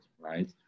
right